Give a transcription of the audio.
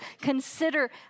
consider